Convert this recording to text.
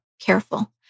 careful